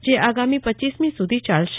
જે આગામી રપમી સુધી ચાલશે